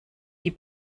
die